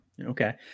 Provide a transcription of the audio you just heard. okay